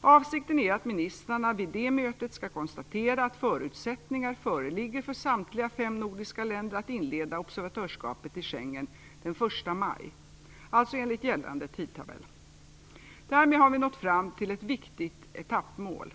Avsikten är att ministrarna vid det mötet skall konstatera att förutsättningar föreligger för samtliga fem nordiska länder att inleda observatörskapet i Schengensamarbetet den 1 maj, alltså enligt gällande tidtabell. Därmed har vi nått fram till ett viktigt etappmål.